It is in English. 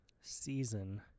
season